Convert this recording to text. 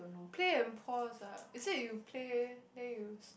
play and pause ah is it you play then you